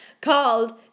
called